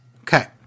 okay